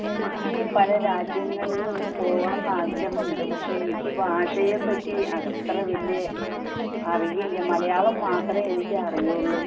എനിക്കു പല രാജ്യങ്ങളിലും പോകണമെന്ന് ആഗ്രഹമുണ്ട് പക്ഷേ എനിക്ക് ഭാഷയെപ്പറ്റി അത്ര വലിയ അറിവില്ല മലയാളം മാത്രമേ എനിക്ക് അറിയൂള്ളൂ